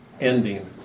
ending